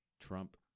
trump